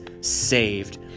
saved